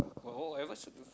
oh ever s~